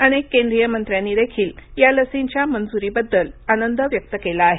अनेक केंद्रीय मंत्र्यांनी देखील या लसींच्या मंजुरीबद्दल आनंद व्यक्त केला आहे